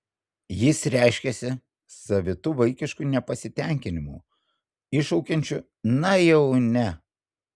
jis reiškiasi savitu vaikišku nepasitenkinimu iššaukiančiu na jau ne